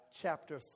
chapter